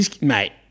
Mate